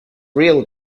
real